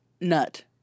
nut